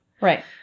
Right